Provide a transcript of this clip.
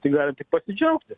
tai gal tik pasidžiaugti